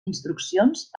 instruccions